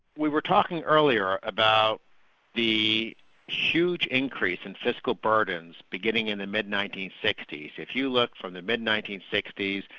we were talking earlier about the huge increase in fiscal bargains beginning in the and mid nineteen sixty s. if you look from the mid nineteen sixty s,